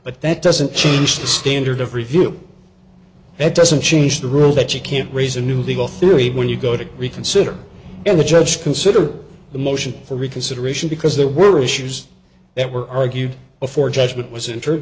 but that doesn't change the standard of review that doesn't change the rule that you can't raise a new legal theory when you go to reconsider and the judge consider the motion for reconsideration because there were issues that were argued before judgment was in